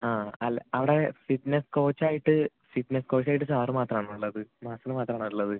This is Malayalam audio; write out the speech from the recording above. ആ അല്ല അവിടെ ഫിറ്റ്നസ് കോച്ച് ആയിട്ട് ഫിറ്റ്നസ് കോച്ച് ആയിട്ട് സാറ് മാത്രം ആണോ ഇള്ളത് മാസ്റ്റർ മാത്രം ആണോ ഉള്ളത്